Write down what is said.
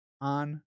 On